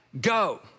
go